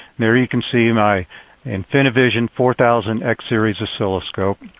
there you can see my infiniivision four thousand x-series oscilloscope.